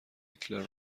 هیتلر